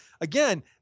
again